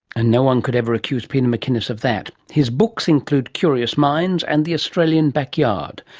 and no one could ever accuse peter macinnis of that. his books include curiuos minds and the australian backyard.